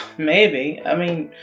maybe! i mean,